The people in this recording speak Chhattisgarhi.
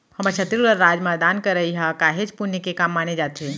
हमर छत्तीसगढ़ राज म दान करई ह काहेच पुन्य के काम माने जाथे